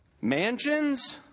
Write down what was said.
mansions